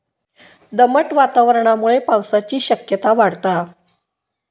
दमट वातावरणामुळे पावसाची शक्यता वाढता